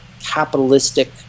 capitalistic